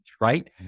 right